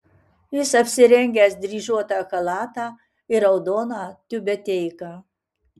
jis apsirengęs dryžuotą chalatą ir raudoną tiubeteiką